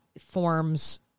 forms